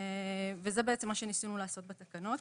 זה בעצם מה שניסינו לעשות בתקנות.